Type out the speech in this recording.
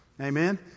Amen